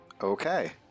Okay